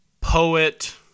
poet